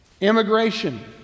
Immigration